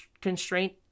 constraint